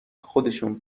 خودشون